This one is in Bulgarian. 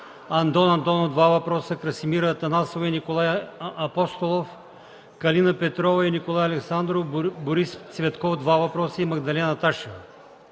Андон Андонов – 2 въпроса, Красимира Атанасова и Николай Апостолов, Калина Петрова и Николай Александров, Борис Цветков – 3 въпроса, и Магдалена Ташева.